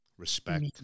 Respect